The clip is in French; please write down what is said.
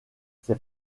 ses